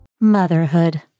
Motherhood